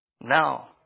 Now